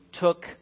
took